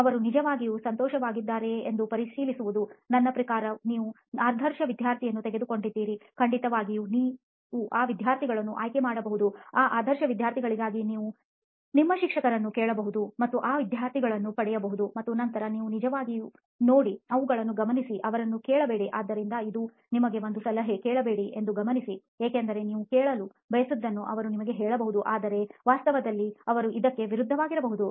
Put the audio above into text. ಅವರು ನಿಜವಾಗಿಯೂ ಸಂತೋಷವಾಗಿದ್ದಾರೆಯೇ ಎಂದು ಪರಿಶೀಲಿಸುವುದು ನನ್ನ ಪ್ರಕಾರ ನೀವು ಆದರ್ಶ ವಿದ್ಯಾರ್ಥಿಯನ್ನು ತೆಗೆದುಕೊಂಡಿದ್ದೀರಿ ಖಂಡಿತವಾಗಿಯೂ ನೀವು ಆ ವಿದ್ಯಾರ್ಥಿಗಳನ್ನು ಆಯ್ಕೆ ಮಾಡಬಹುದು ಆ ಆದರ್ಶ ವಿದ್ಯಾರ್ಥಿಗಳಿಗಾಗಿ ನೀವು ನಿಮ್ಮ ಶಿಕ್ಷಕರನ್ನು ಕೇಳಬಹುದು ಮತ್ತು ಆ ಆದರ್ಶ ವಿದ್ಯಾರ್ಥಿಗಳನ್ನು ಪಡೆಯಬಹುದು ಮತ್ತು ನಂತರ ಅದು ನಿಜವಾಗಿದೆಯೇ ಎಂದು ನೋಡಿ ಅವುಗಳನ್ನು ಗಮನಿಸಿ ಅವರನ್ನು ಕೇಳಬೇಡಿ ಆದ್ದರಿಂದ ಇದು ನಿಮಗೆ ನನ್ನ ಸಲಹೆ ಕೇಳಬೇಡಿ ಎಂದು ಗಮನಿಸಿ ಏಕೆಂದರೆ ನೀವು ಕೇಳಲು ಬಯಸುವದನ್ನು ಅವರು ನಿಮಗೆ ಹೇಳಬಹುದು ಆದರೆ ವಾಸ್ತವದಲ್ಲಿ ಅವರು ಇದಕ್ಕೆ ವಿರುದ್ಧವಾಗಿರಬಹುದು